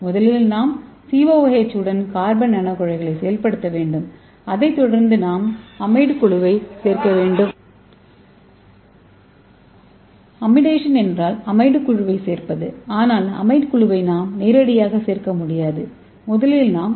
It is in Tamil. முதலில் நாம் COOH உடன் கார்பன் நானோகுழாய்களை செயல்படுத்த வேண்டும் அதைத் தொடர்ந்து நாம் அமைட் குழுவைச் சேர்க்கலாம்